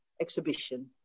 exhibition